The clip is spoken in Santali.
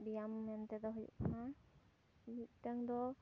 ᱵᱮᱭᱟᱢ ᱢᱮᱱ ᱛᱮᱫᱚ ᱦᱩᱭᱩᱜ ᱠᱟᱱᱟ ᱢᱤᱫᱴᱮᱱ ᱫᱚ